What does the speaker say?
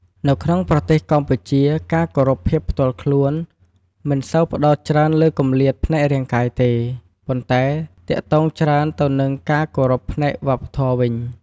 នៅក្នុងប្រទេសកម្ពុជា ការគោរពភាពផ្ទាល់ខ្លួនមិនសូវផ្តោតច្រើនលើគម្លាតផ្នែករាងកាយទេ ប៉ុន្តែទាក់ទងច្រើនទៅនឹងការគោរពផ្នែកវប្បធម៌វិញ។